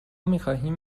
میخواهیم